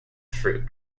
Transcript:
fruit